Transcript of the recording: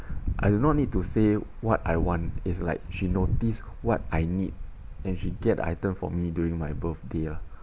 I do not need to say what I want is like she noticed what I need and she get the item for me during my birthday ah